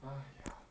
!aiya!